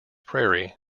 prairie